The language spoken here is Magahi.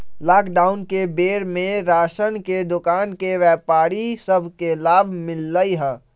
लॉकडाउन के बेर में राशन के दोकान के व्यापारि सभ के लाभ मिललइ ह